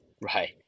right